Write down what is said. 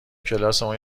کلاسمون